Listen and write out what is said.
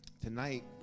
Tonight